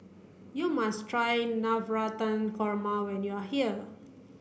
you must try Navratan Korma when you are here